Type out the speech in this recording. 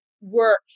work